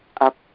up